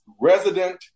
Resident